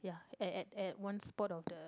at at at one spot of the